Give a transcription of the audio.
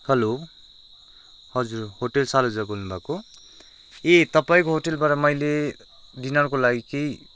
hello हजुर hotel Saloja बोल्नुभएको हो ए तपाईँको होटेलबाट मैले डिनरको लागि केही